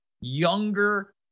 younger